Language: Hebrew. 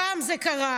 הפעם זה קרה.